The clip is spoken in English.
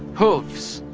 hooves,